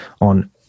on